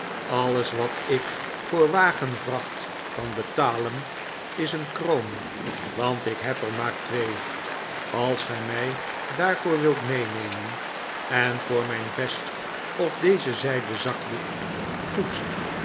alles wat ik voor wagenvracht kan betalen is een kroon want ik heb er maar twee als gij mij daarvoor wilt meenemen en voor mijn vest of dezen zijden zakdoek goed